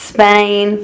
Spain